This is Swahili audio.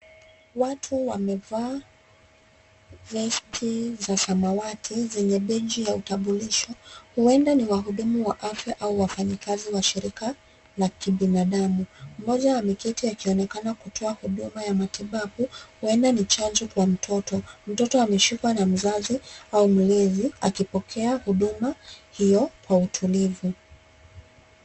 Watu wamevaa vest za samawati zenye beji ya utambulisho .Huenda ni wahudumu wa afya au wafanyakazi la shirika la kibinadamu. Mmoja ameketi akionekana kutoa huduma ya matibabu. Huenda ni chanjo kwa mtoto .Mtoto ameshikwa na mzazi au mlezi akipokea huduma hiyo kwa utulivu.